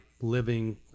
living